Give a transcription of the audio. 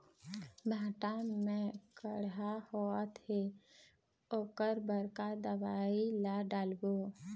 भांटा मे कड़हा होअत हे ओकर बर का दवई ला डालबो?